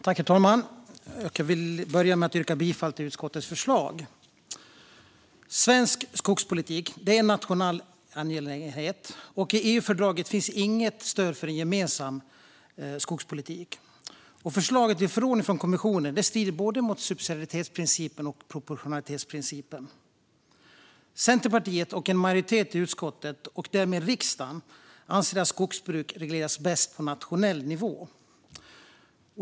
Herr talman! Jag vill börja med att yrka bifall till utskottets förslag. Svensk skogspolitik är en nationell angelägenhet, och i EU-fördraget finns inget stöd för en gemensam skogspolitik. Förslaget till förordning från kommissionen strider mot både subsidiaritetsprincipen och proportionalitetsprincipen. Centerpartiet och en majoritet i utskottet och därmed riksdagen anser att skogsbruk regleras bäst på nationell nivå.